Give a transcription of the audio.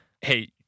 hey